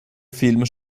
film